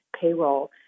payroll